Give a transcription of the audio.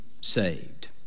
saved